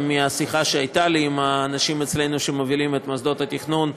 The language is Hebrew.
גם מהשיחה שהייתה לי עם האנשים אצלנו שמובילים את מוסדות התכנון,